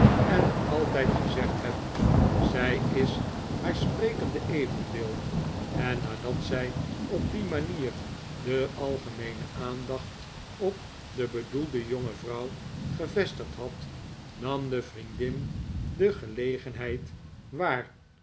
en altijd gezegd heb zij is haar sprekende evenbeeld en nadat zij op die manier de algemeene aandacht op de bedoelde jongejuffrouw gevestigd had nam de vriendin de gelegenheid waar